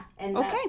Okay